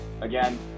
Again